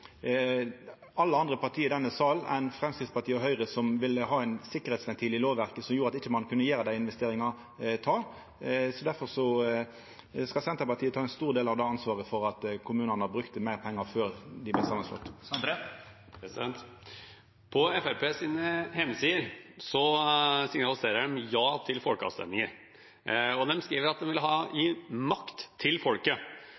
alle andre parti i denne salen enn Framstegspartiet og Høgre, som ville ha ein sikkerheitsventil i lovverket som gjorde at ein ikkje kunne gjera dei investeringane, ta. Difor skal Senterpartiet ta ein stor del av ansvaret for at kommunane brukte meir pengar før dei vart slått saman. På Fremskrittspartiets hjemmesider signaliserer de ja til folkeavstemninger, og de skriver at de vil gi makt til folket.